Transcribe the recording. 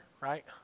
right